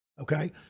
okay